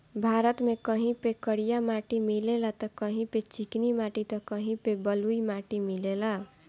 भारत में कहीं पे करिया माटी मिलेला त कहीं पे चिकनी माटी त कहीं पे बलुई माटी मिलेला